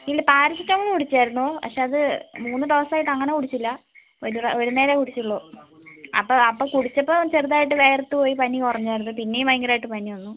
ഇല്ല പാരസെറ്റമോൾ കുടിച്ചായിരുന്നു പക്ഷെ അത് മൂന്ന് ഡോസ് ആയിട്ട് അങ്ങനെ കുടിച്ചില്ല ഒരു നേരമേ കുടിച്ചുള്ളു അപ്പോൾ അപ്പോൾ കുടിച്ചപ്പോൾ ചെറുതായിട്ട് വിയർത്ത് പോയി പനി കുറഞ്ഞിരുന്നു പിന്നേയും ഭയങ്കരമായിട്ട് പനി വന്നു